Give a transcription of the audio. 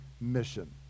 mission